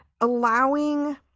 allowing